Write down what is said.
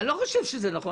אני לא חושב שזה נכון.